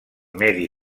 medi